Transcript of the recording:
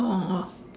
oh !wah!